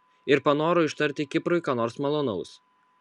ir panoro ištarti kiprui ką nors malonaus